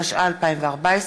התשע"ה 2014,